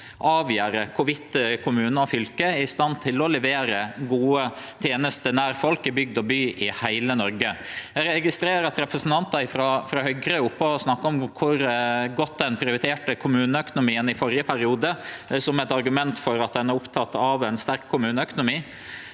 avgjer om kommunar og fylke er i stand til å levere gode tenester nær folk, i bygd og by i heile Noreg. Eg registrerer at representantar frå Høgre er oppe og snakkar om kor høgt ein prioriterte kommuneøkonomien i førre periode – som eit argument for at ein er oppteken av ein sterk kommuneøkonomi.